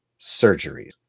surgeries